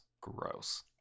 Gross